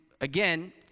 again